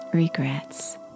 regrets